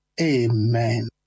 Amen